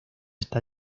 está